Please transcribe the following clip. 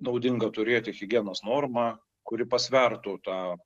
naudinga turėti higienos normą kuri pasvertų tą